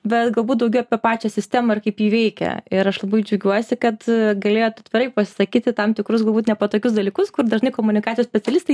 bet galbūt daugiau apie pačią sistemą ir kaip ji veikia ir aš labai džiaugiuosi kad galėjot atvirai pasisakyti tam tikrus galbūt nepatogius dalykus kur dažnai komunikacijos specialistai